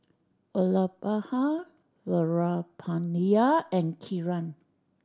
Vallabhbhai Veerapandiya and Kiran